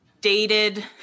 dated